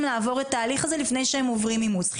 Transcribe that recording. לעבור את התהליך הזה לפני שהם עוברים אימוץ,